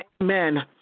Amen